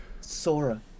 Sora